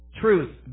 Truth